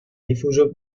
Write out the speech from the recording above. diffuso